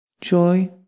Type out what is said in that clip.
joy